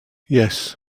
yes